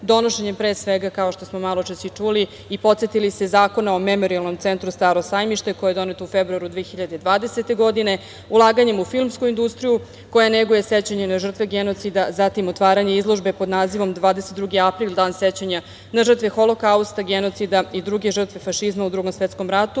donošenjem, pre svega, kao što smo maločas i čuli i podsetili se Zakona o Memorijalnom centru „Staro sajmište“ koji je donet u februaru 2020. godine, ulaganjem u filmsku industriju koja neguje sećanje na žrtve genocida, zatim otvaranje izložbe pod nazivom 22. aprili - Dan sećanja na žrtve Holokausta, genocida i druge žrtve fašizma u Drugom svetskom ratu,